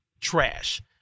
trash